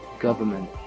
government